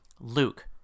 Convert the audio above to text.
Luke